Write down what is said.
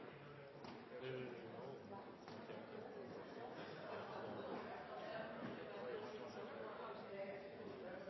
Det er det